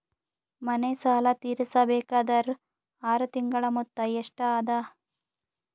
ಮನೆ ಸಾಲ ತೀರಸಬೇಕಾದರ್ ಆರ ತಿಂಗಳ ಮೊತ್ತ ಎಷ್ಟ ಅದ?